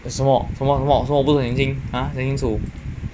什么什么什么什么不是我很年轻 !huh! 讲清楚